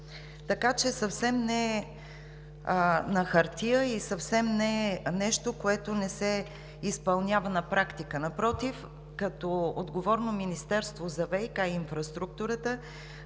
10. Съвсем не е на хартия и съвсем не е нещо, което не се изпълнява на практика, напротив, като отговорно министерство за ВиК инфраструктурата,